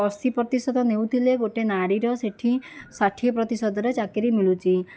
ଅଶୀ ପ୍ରତିଶତ ନେଉଥିଲେ ଗୋଟିଏ ନାରୀର ସେଠି ଷାଠିଏ ପ୍ରତିଶତରେ ଚାକିରୀ ମିଳୁଛି